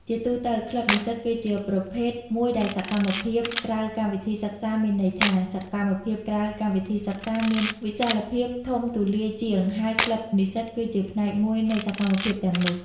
ជាទូទៅ ក្លឹបនិស្សិត គឺជាប្រភេទមួយនៃសកម្មភាពក្រៅកម្មវិធីសិក្សា មានន័យថា សកម្មភាពក្រៅកម្មវិធីសិក្សាមានវិសាលភាពធំទូលាយជាង ហើយក្លឹបនិស្សិតគឺជាផ្នែកមួយនៃសកម្មភាពទាំងនោះ។